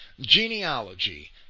genealogy